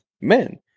men